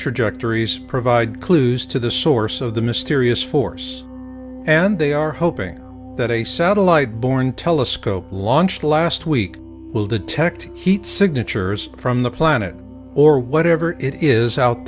trajectories provide clues to the source of the mysterious force and they are hoping that a satellite borne telescope launched last week will detect heat signatures from the planet or whatever it is out